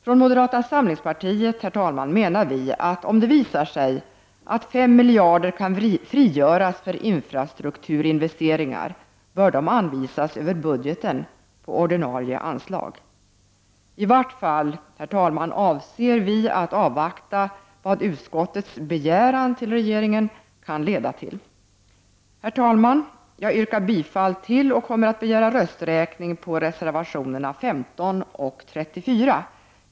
Från moderata samlingspartiet menar vi att om det visar sig att 5 miljarder kan frigöras för infrastrukturinvesteringar, bör dessa anvisas över budgeten på ordinarie anslag. I vart fall, herr talman, avser vi avvakta vad utskottets begäran till regeringen kan leda till. Herr talman! Jag yrkar bifall till och kommer att begära rösträkning på reservationerna 15 och 34.